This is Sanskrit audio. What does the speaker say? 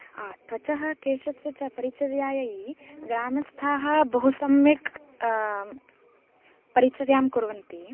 आम् त्वचः केशस्य च परिचर्यायै ग्रामस्थाः बहु सम्यक् परिचर्यां कुर्वन्ति